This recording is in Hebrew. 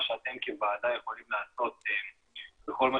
מה שאתם כוועדה יכולים לעשות בכל מה